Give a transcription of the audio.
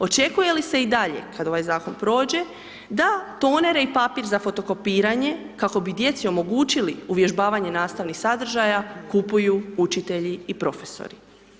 Očekuje li se i dalje, kad ovaj Zakon prođe, da tonere i papir za fotokopiranje, kako bi djeci omogućili uvježbavanje nastavnih sadržaja, kupuju učitelji i profesori?